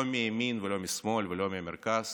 לא מימין ולא משמאל ולא מהמרכז,